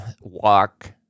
walk